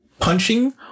punching